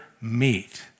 meet